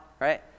right